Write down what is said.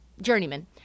journeyman